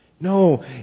No